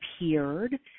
appeared